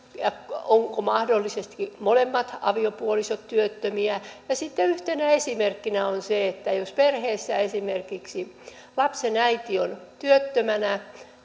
ja ovatko mahdollisesti molemmat aviopuolisot työttömiä sitten yhtenä esimerkkinä on se että perheessä esimerkiksi lapsen äiti on työttömänä